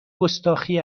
گستاخی